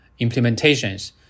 implementations